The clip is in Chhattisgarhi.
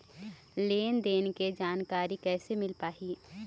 लेन देन के जानकारी कैसे मिल पाही?